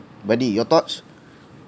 buddy your thoughts